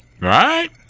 Right